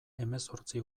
hemezortzi